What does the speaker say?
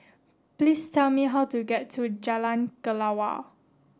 please tell me how to get to Jalan Kelawar